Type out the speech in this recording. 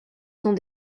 sont